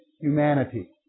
Humanity